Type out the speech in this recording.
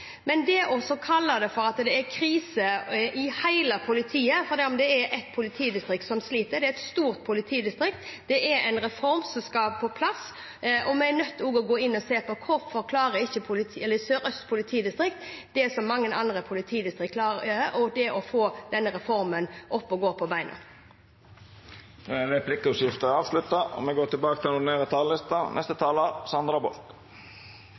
Men når det gjelder å kalle det for en krise i hele politiet fordi det er ett politidistrikt som sliter: Det er et stort politidistrikt, det er en reform som skal på plass, og vi er nødt til å gå inn og se på hvorfor Sør-Øst politidistrikt ikke klarer det som mange andre politidistrikter klarer, og får denne reformen opp og gå. Replikkordskiftet er avslutta. Spørsmålet er ikke om Norge skal ha en kraftfull klimapolitikk, men hva slags klimapolitikk som fungerer best, både for Norge og internasjonalt. Senterpartiet er opptatt av at vi tar